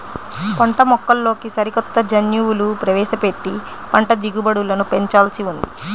పంటమొక్కల్లోకి సరికొత్త జన్యువులు ప్రవేశపెట్టి పంట దిగుబడులను పెంచాల్సి ఉంది